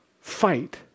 fight